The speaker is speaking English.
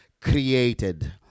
created